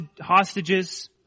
hostages